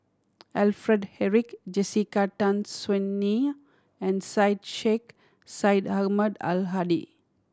Alfred Eric Jessica Tan Soon Neo and Syed Sheikh Syed Ahmad Al Hadi